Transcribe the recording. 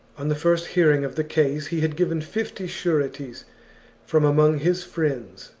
on the first hearing of the case he had given fifty sureties from among his friends,